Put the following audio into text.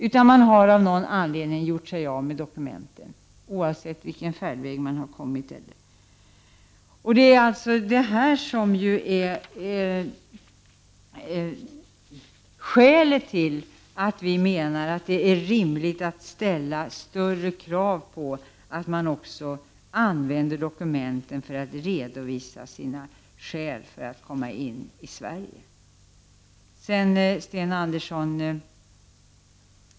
Men av någon anledning har man gjort sig av med sina dokument oavsett färdvägen. Det är skälet till att vi menar att det är rimligt att ställa större krav på att dokument skall finnas när man redovisar skälen för att få komma in i Sverige. Sedan till Sten Andersson i Malmö.